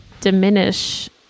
diminish